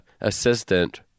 assistant